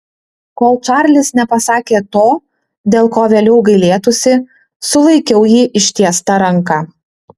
kol čarlis nepasakė to dėl ko vėliau gailėtųsi sulaikiau jį ištiesta ranka